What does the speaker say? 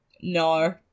no